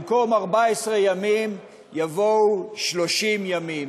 במקום 14 ימים יבוא: 30 ימים.